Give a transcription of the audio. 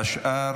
על השאר